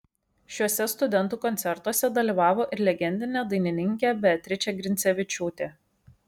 šiuose studentų koncertuose dalyvavo ir legendinė dainininkė beatričė grincevičiūtė